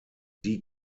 die